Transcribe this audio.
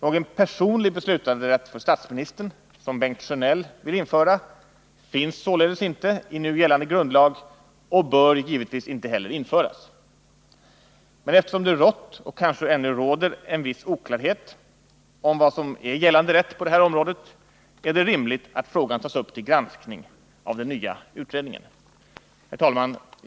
Någon personlig beslutanderätt för statsministern, som Bengt Sjönell vill införa, finns således inte i nu gällande grundlag och bör givetvis inte heller införas. Men eftersom det rått och kanske även råder viss oklarhet om vad som är gällande rätt på det här området är det rimligt att frågan tas upp till granskning av den nya utredningen. Herr talman!